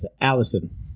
Allison